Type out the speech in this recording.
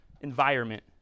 environment